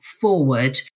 forward